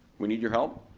we need your help,